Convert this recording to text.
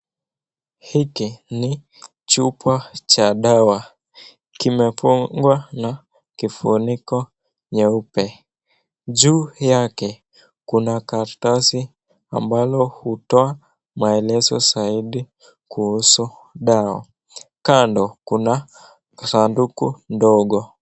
Hiki ni chupa cha dawa, kimefungwa na kifuniko nyeupe. Juu yake kuna karatasi ambalo hutoa maelezo zaidi kuhusu dawa. Kando kuna sanduku ndogo.